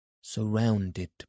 surrounded